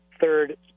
third